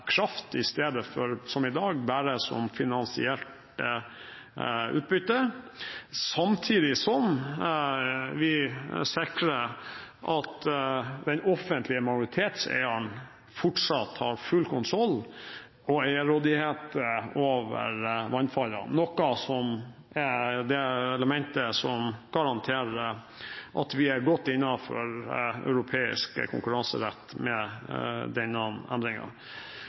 kraft, i stedet for – som i dag – bare som finansielt utbytte, samtidig som vi sikrer at den offentlige majoritetseieren fortsatt har full kontroll og eierrådighet over vannfallene, noe som er det elementet som garanterer at vi er godt innenfor europeisk konkurranserett med